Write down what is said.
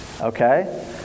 okay